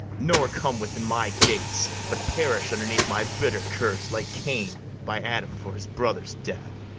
nor come within my gates, but perish underneath my bitter curse, like cain by adam for his brother's death.